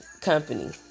Company